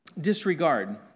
disregard